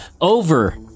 over